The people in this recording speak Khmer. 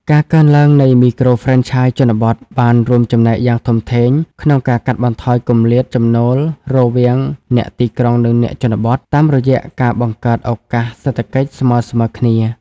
ការកើនឡើងនៃមីក្រូហ្វ្រេនឆាយជនបទ បានរួមចំណែកយ៉ាងធំធេងក្នុងការកាត់បន្ថយគម្លាតចំណូលរវាងអ្នកទីក្រុង និងអ្នកជនបទ តាមរយៈការបង្កើតឱកាសសេដ្ឋកិច្ចស្មើៗគ្នា។